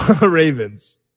Ravens